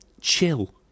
chill